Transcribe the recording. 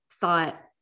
thought